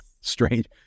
strange